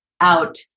out